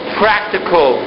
practical